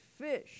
fish